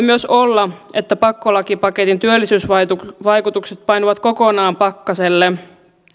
myös olla että pakkolakipaketin työllisyysvaikutukset painuvat kokonaan pakkaselle